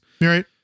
right